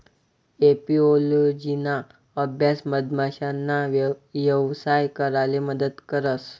एपिओलोजिना अभ्यास मधमाशासना यवसाय कराले मदत करस